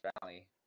Valley